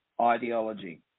Ideology